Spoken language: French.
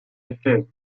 effet